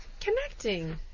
Connecting